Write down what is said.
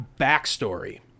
backstory